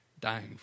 dying